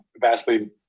vastly